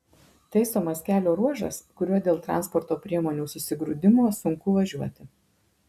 taisomas kelio ruožas kuriuo dėl transporto priemonių susigrūdimo sunku važiuoti